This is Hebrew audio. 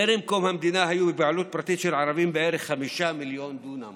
טרם קום המדינה היו בבעלות פרטית של ערבים בערך 5 מיליון דונם